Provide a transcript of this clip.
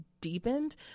deepened